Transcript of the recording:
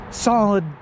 solid